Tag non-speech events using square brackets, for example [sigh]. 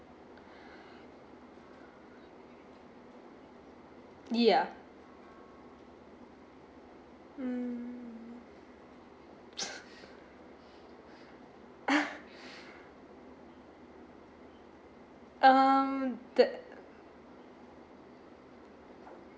ya hmm [laughs] um the